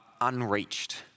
unreached